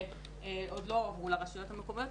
שעוד לא הועברו לרשויות המקומיות,